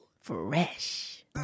Fresh